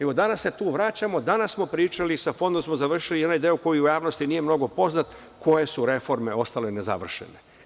Evo, danas se tu vraćamo, danas smo pričali, sa fondom smo završili i onaj deo koji javnosti nije mnogo poznat, koje su reforme ostale nezavršene.